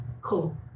Cool